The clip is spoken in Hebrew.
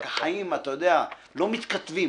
רק החיים, אתה יודע, לא מתכתבים.